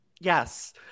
Yes